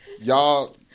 Y'all